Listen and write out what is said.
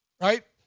Right